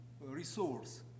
resource